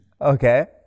Okay